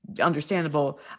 understandable